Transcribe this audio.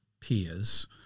peers